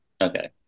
okay